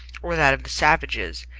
or that of the savages,